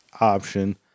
option